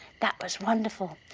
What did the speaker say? that was wonderful.